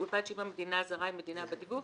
ובלבד שאם המדינה הזרה היא מדינה בת דיווח,